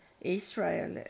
Israel